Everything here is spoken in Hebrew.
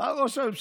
בא ראש הממשלה,